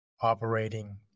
operating